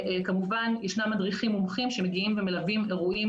כמובן יש מדריכים מומחים שמגיעים ומלווים אירועים